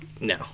No